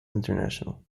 international